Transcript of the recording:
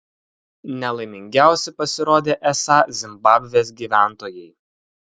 nelaimingiausi pasirodė esą zimbabvės gyventojai